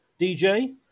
DJ